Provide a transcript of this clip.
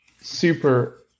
super